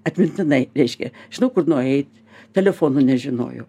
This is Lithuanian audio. atmintinai reiškia žinau kur nueit telefonų nežinojau